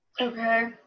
Okay